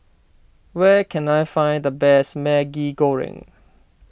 where can I find the best Maggi Goreng